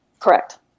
Correct